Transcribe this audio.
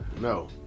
No